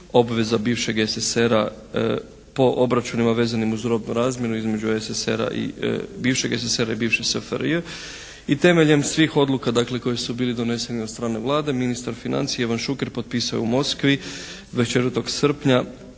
obveza bivšeg SSSR-a po obračunima vezanim uz robnu razmjenu između SSSR-a i, bivšeg SSSR-a i bivše SFRJ. I temeljem svih odluka dakle koje su bile donesene od strane Vlade ministar financija Ivan Šuker potpisao je u Moskvi 24. srpnja